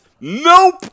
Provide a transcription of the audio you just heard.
nope